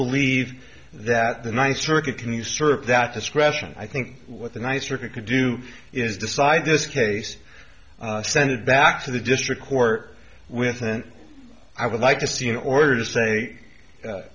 believe that the ninth circuit can you serve that discretion i think what the nicer could do is decide this case send it back to the district court with an i would like to see an order to say